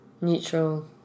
neutral